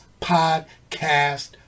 podcast